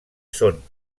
són